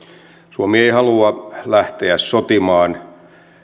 suomi ei halua lähteä sotimaan